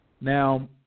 now